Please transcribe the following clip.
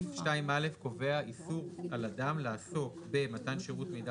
סעיף (2)(א) קובע איסור על אדם לעסוק במתן שירות מידע